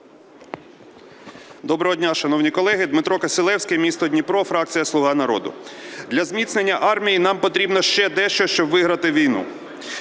Доброго дня, шановні колеги! Дмитро Кисилевський, місто Дніпро, фракція "Слуга народу". Для зміцнення армії нам потрібно ще дещо, щоб виграти війну.